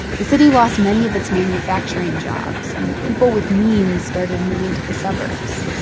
the city lost many of its manufacturing jobs and people with means started moving to the suburbs.